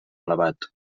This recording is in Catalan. elevat